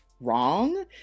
wrong